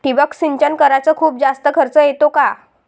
ठिबक सिंचन कराच खूप जास्त खर्च येतो का?